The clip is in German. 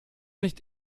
nicht